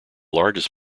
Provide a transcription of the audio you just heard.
largest